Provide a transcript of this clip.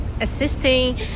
assisting